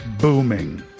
booming